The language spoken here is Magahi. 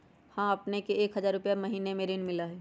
हां अपने के एक हजार रु महीने में ऋण मिलहई?